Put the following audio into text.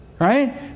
Right